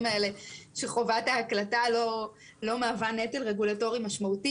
האלה שחובת ההקלטה לא מהווה נטל רגולטורי משמעותי.